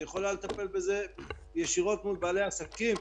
היא יכולה לטפל בזה ישירות מול בעלי העסקים.